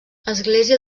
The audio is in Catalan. església